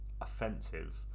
offensive